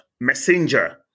messenger